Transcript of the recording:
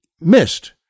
missed